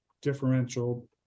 differential